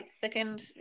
thickened